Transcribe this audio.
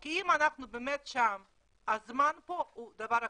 כי אם אנחנו באמת שם הזמן פה הוא דבר קריטי.